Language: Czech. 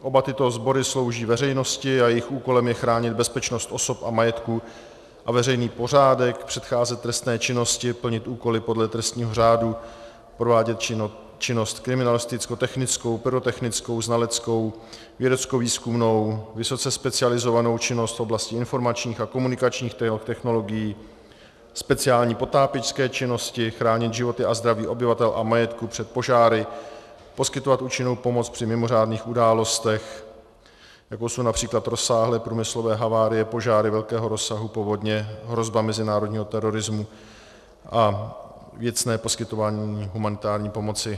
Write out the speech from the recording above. Oba tyto sbory slouží veřejnosti a jejich úkolem je chránit bezpečnost osob a majetku a veřejný pořádek, předcházet trestné činnosti, plnit úkoly podle trestního řádu, provádět činnost kriminalistickou, technickou, pyrotechnickou, znaleckou, vědeckovýzkumnou, vysoce specializovanou činnost v oblasti informačních a komunikačních technologií, speciální potápěčské činnosti, chránit životy a zdraví obyvatel a majetek před požáry, poskytovat účinnou pomoc při mimořádných událostech, jako jsou např. rozsáhlé průmyslové havárie, požáry velkého rozsahu, povodně, hrozba mezinárodního terorismu a věcné poskytování humanitární pomoci.